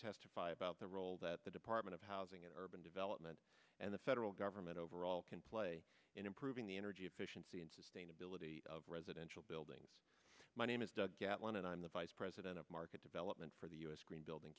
testify about the role that the department of housing and urban development and the federal government overall can play in improving the energy efficiency and sustainability of residential buildings my name is doug at one and i'm the vice president of market development for the u s green building